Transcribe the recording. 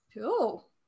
Cool